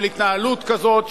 של התנהלות כזאת,